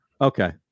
Okay